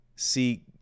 See